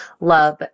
love